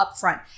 upfront